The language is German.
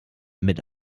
mit